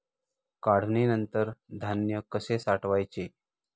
काढणीनंतर धान्य कसे साठवायचे?